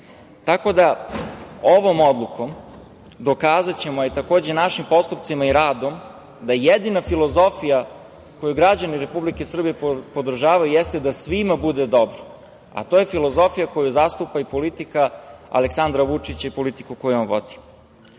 savesno. Ovom odlukom dokazaćemo, takođe i našim postupcima i radom, da jedina filozofija koju građani Republike Srbije podržavaju jeste da svima bude dobro, a to je filozofija koju zastupa i politika Aleksandra Vučića i politiku koju on vodi. Na